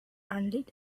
unlit